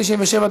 97,